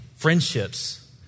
Friendships